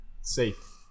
safe